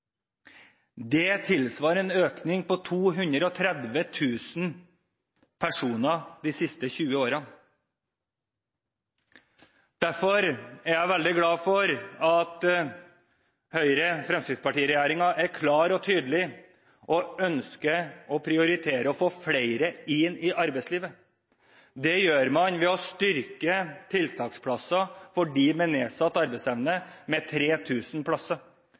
Det tilsvarer en økning på 230 000 personer de siste 20 årene. Derfor er jeg veldig glad for at Høyre–Fremskrittsparti-regjeringen er klar og tydelig og ønsker å prioritere å få flere inn i arbeidslivet. Det gjør man ved å styrke tiltaksplasser for dem med nedsatt arbeidsevne med 3 000 plasser.